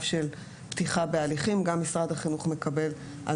של פתיחה בהליכים גם משרד החינוך מקבל מידע כזה